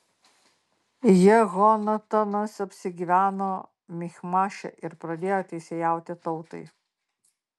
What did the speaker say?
jehonatanas apsigyveno michmaše ir pradėjo teisėjauti tautai